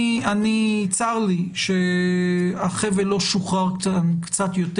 צר לי שהחבל לא שוחרר קצת יותר.